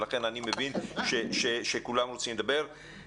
ולכן אני מבין שכולם רוצים לדבר על זה.